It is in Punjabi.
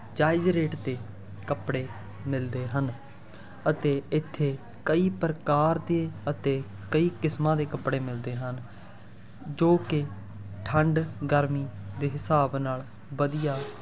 ਜਾਇਜ਼ ਰੇਟ 'ਤੇ ਕੱਪੜੇ ਮਿਲਦੇ ਹਨ ਅਤੇ ਇੱਥੇ ਕਈ ਪ੍ਰਕਾਰ ਦੇ ਅਤੇ ਕਈ ਕਿਸਮਾਂ ਦੇ ਕੱਪੜੇ ਮਿਲਦੇ ਹਨ ਜੋ ਕਿ ਠੰਡ ਗਰਮੀ ਦੇ ਹਿਸਾਬ ਨਾਲ ਵਧੀਆ